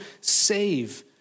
save